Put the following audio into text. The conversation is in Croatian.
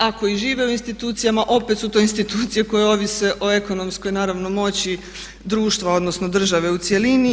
Ako i žive u institucijama opet su to institucije koje ovise o ekonomskoj naravno moći društva, odnosno države u cjelini.